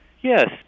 Yes